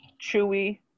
Chewy